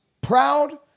proud